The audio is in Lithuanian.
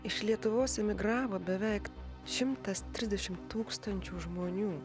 iš lietuvos emigravo beveik šimtas trisdešim tūkstančių žmonių